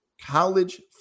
college